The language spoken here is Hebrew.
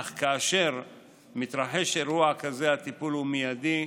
אך כאשר מתרחש אירוע כזה הטיפול הוא מיידי,